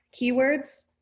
keywords